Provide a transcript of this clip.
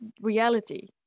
reality